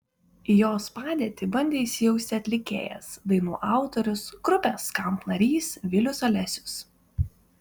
į jos padėtį bandė įsijausti atlikėjas dainų autorius grupės skamp narys vilius alesius